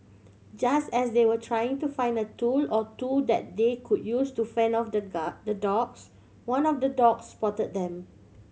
just as they were trying to find a tool or two that they could use to fend off the the dogs one of the dogs spot them